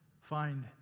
find